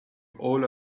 all